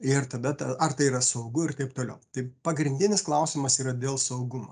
ir tada ta ar tai yra saugu ir taip toliau tai pagrindinis klausimas yra dėl saugumo